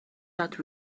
that